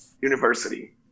university